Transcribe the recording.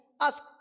ask